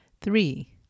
Three